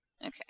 Okay